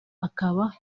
akaba